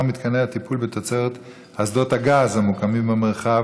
מתקני הטיפול בתוצרת אסדות הגז המוקמים במרחב